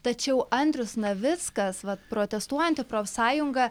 tačiau andrius navickas vat protestuojanti profsąjunga